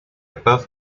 above